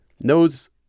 nose